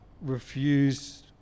refused